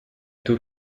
taux